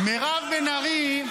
מירב בן ארי,